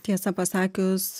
tiesą pasakius